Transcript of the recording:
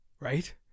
Right